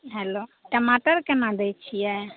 hello टमाटर केना दैत छियै